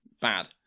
bad